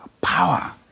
power